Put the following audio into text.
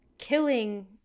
killing